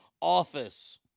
office